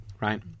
right